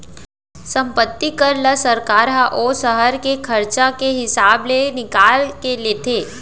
संपत्ति कर ल सरकार ह ओ सहर के खरचा के हिसाब ले निकाल के लेथे